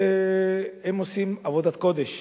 והם עושים עבודת קודש